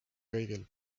kõigil